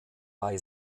bei